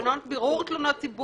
בירור תלונות ציבור,